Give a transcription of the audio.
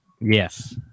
Yes